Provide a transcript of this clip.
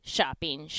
Shopping